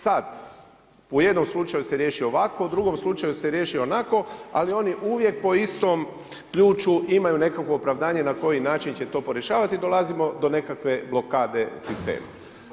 Sad u jednom slučaju se riješi ovako, u drugom slučaju se riješi onako, ali oni uvijek po istom ključu imaju nekakvo opravdanje na koji način će to porješavati, dolazimo do nekakve blokade sistema.